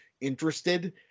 interested